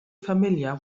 familiar